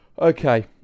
okay